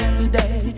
today